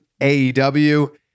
AEW